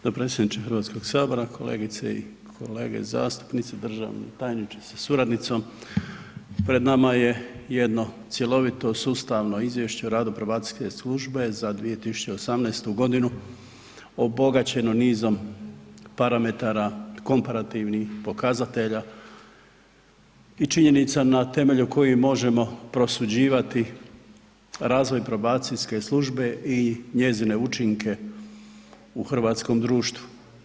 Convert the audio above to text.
Dopredsjedniče Hrvatskog sabora, kolegice i kolege zastupnici, državni tajniče sa suradnicom, pred nama je jedno cjelovito sustavno Izvješće o radu probacijske službe za 2018. godinu obogaćeno nizom parametara, komparativnih pokazatelja i činjenica na temelju kojih možemo prosuđivati razvoj probacijske službe i njezine učinke u hrvatskom društvu.